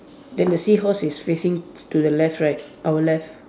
then the seahorse is facing to the left right our left